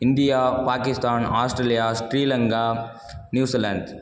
India Pakistan Australia Sri Lanka New Zealand